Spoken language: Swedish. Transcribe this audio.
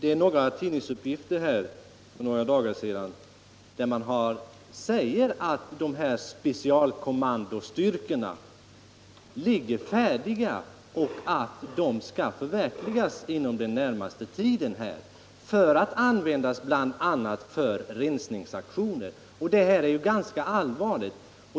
Enligt tidningsuppgifter för några dagar sedan ligger specialkommandostyrkorna färdiga och skall komma till användning inom den närmaste tiden, bl.a. för rensningsaktioner. Detta är ganska allvarligt.